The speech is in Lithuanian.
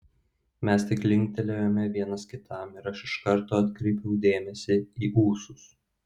mes tik linktelėjome vienas kitam ir aš iš karto atkreipiau dėmesį į ūsus